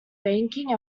banking